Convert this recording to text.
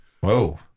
Whoa